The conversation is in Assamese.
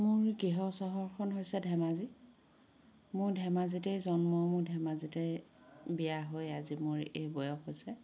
মোৰ গৃহ চহৰখন হৈছে ধেমাজি মোৰ ধেমাজিতেই জন্ম মোৰ ধেমাজিতেই বিয়া হৈ আজি মোৰ এই বয়স হৈছে